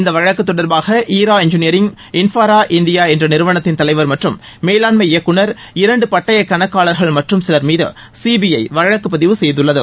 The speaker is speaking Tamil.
இந்த வழக்கு தொடர்பாக ஈரா என்ஜினியரிங் இன்ஃபரா இந்தியா என்ற நிறுவனத்தின் தலைவர் மற்றும் மேலாண்மை இயக்குநர் இரண்டு பட்டயக் கணக்காளர்கள் மற்றும் சிவர் மீது சிபிஐ வழக்கு பதிவு செய்துள்ளது